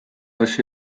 asja